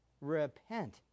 Repent